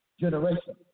generation